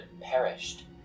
perished